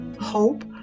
hope